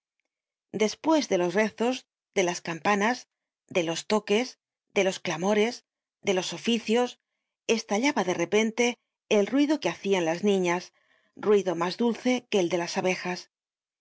despues de los rezos de las campanas de los toques de los clamores delos oficios estallaba de repente el ruido que hacian las niñas ruido mas dulce que el de las abejas